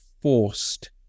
forced